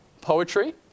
poetry